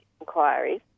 inquiries